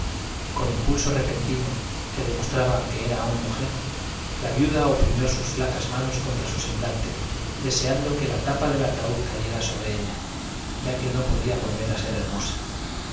con impulso repentino que demostraba que era aún mujer la viuda oprimió sus flacas manos contra su semblante deseando que la tapa del ataúd cayera sobre ella ya que no podía volver a ser hermosa